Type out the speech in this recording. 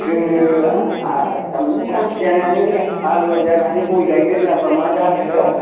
जोङो आसामनि मानसि जानानै हालुवा जानानै गय गायनो रोङाबा मा जानोलै